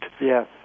Yes